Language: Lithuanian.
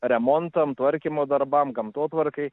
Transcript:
remontam tvarkymo darbams gamtotvarkai